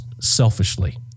selfishly